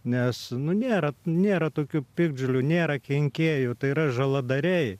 nes nu nėra nėra tokių piktžolių nėra kenkėjų tai yra žaladariai